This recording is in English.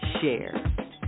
share